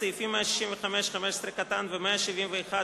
סעיפים 165(15) ו-171(יא)